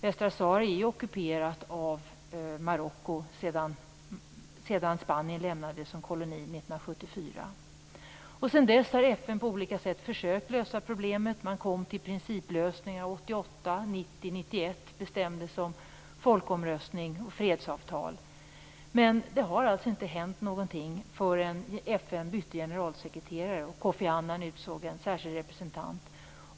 Västra Sahara är ockuperat av Marocko sedan Spanien lämnade det som koloni 1974. Sedan dess har FN på olika sätt försökt lösa problemet. Man kom fram till principlösningar 1988 och 1990, och 1991 bestämdes om folkomröstning och fredsavtal, men det har inte hänt någonting förrän FN bytte generalsekreterare och Kofi Annan utsåg en särskild representant.